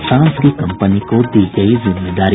France की company को दी गयी जिम्मेदारी